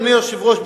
אדוני היושב-ראש,